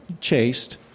chased